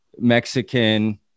Mexican